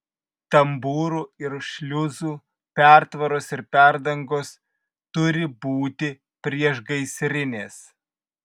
tambūrų ir šliuzų pertvaros ir perdangos turi būti priešgaisrinės